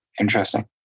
Interesting